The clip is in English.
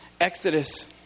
Exodus